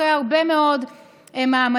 אחרי הרבה מאוד מאמצים,